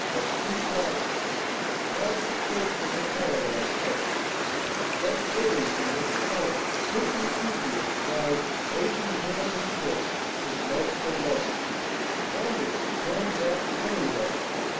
of steep ladders past the perch of the carillon player sweat pouring from his forehead this enthu siast plies with racing hand and foot his multiple levers pon derous handwrought iron levers,